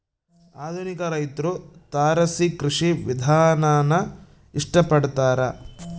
ಆಧುನಿಕ ರೈತ್ರು ತಾರಸಿ ಕೃಷಿ ವಿಧಾನಾನ ಇಷ್ಟ ಪಡ್ತಾರ